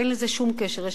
אין לזה שום קשר.